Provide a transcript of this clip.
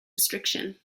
restriction